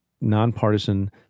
nonpartisan